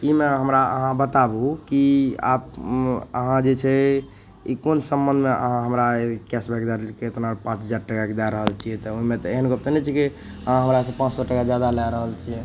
ईमे हमरा अहाँ बताबू कि आब अहाँ जे छै ई कोन सम्बन्धमे अहाँ हमरा कैशबैक दै देलिए कि एतना पाँच हजार टकाके दै रहल छिए तऽ ओहिमे तऽ एहन गप तऽ नहि छै कि अहाँ हमरासे पाँच सओ टका जादा लै रहल छिए